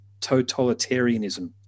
totalitarianism